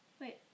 Wait